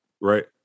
Right